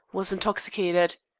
was intoxicated.